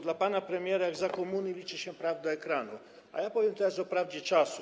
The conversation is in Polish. Dla pana premiera, jak za komuny, liczy się prawda ekranu, a ja powiem teraz o prawdzie czasu.